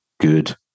good